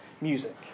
music